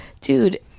Dude